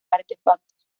artefactos